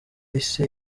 isi